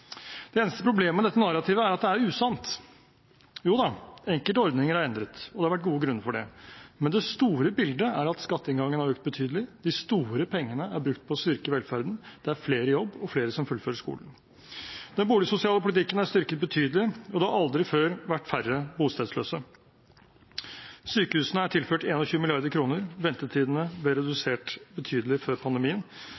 Det eneste problemet med dette narrativet er at det er usant. Jo da, enkelte ordninger er endret, og det har vært gode grunner for det, men det store bildet er at skatteinngangen har økt betydelig, at de store pengene er brukt på å styrke velferden, og at det er flere i jobb og flere som fullfører skolen. Den boligsosiale politikken er styrket betydelig, og det har aldri før vært færre bostedsløse. Sykehusene er tilført 21 mrd. kr, ventetidene